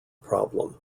problem